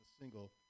single